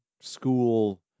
school